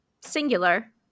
Singular